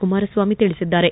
ಕುಮಾರಸ್ವಾಮಿ ತಿಳಿಸಿದ್ದಾರೆ